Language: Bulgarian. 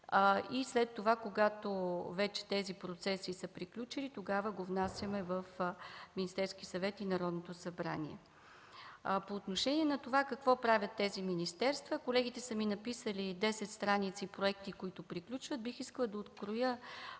и след това, когато вече тези процеси са приключили, тогава го внасяме в Министерския съвет и в Народното събрание. По отношение на това какво правят тези министерства, колегите са ми написали десет страници проекти, които приключват. Бих искала да откроя